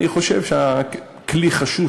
אני חושב שכלי חשוב,